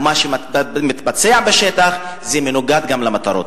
ומה שמתבצע בשטח מנוגד למטרות.